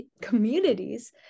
communities